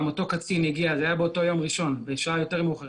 אותו קצין הגיע זה היה באותו יום ראשון בשעה יותר מאוחר,